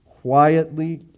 quietly